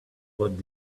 what